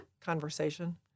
conversation